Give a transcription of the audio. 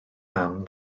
anne